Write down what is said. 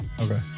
okay